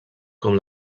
com